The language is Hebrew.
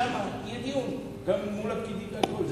שם יהיה דיון גם מול הפקידים והכול.